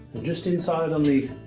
just inside on the